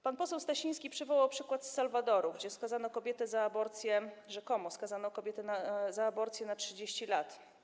Pan poseł Stasiński przywołał przykład z Salwadoru, gdzie skazano kobietę za aborcję, skazano kobietę rzekomo za aborcję na 30 lat.